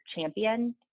champion